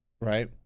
right